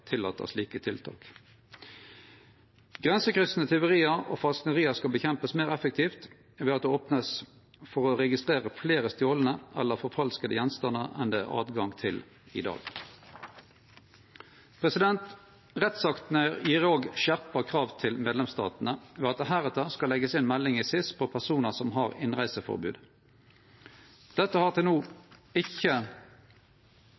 slike tiltak. Grensekryssande tjuveri og falskneri skal kjempast imot meir effektivt ved at det vert opna for å registrere fleire stolne eller forfalska gjenstandar enn det som er mogleg i dag. Rettsaktene gjev òg skjerpa krav til medlemsstatane ved at det heretter skal leggjast inn melding i SIS på personar som har innreiseforbod. Dette har til no